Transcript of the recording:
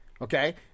Okay